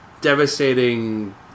devastating